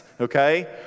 okay